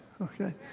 okay